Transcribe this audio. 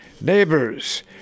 neighbors